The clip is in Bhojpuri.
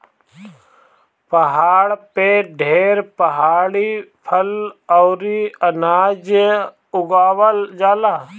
पहाड़ पे ढेर पहाड़ी फल अउरी अनाज उगावल जाला